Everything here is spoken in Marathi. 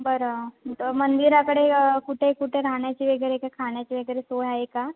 बरं तर मंदिराकडे कुठे कुठे राहण्याची वगैरे काय खाण्याची वगैरे सोय आहे का